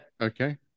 Okay